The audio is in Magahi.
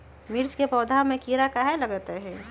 मिर्च के पौधा में किरा कहे लगतहै?